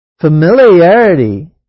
Familiarity